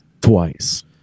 Twice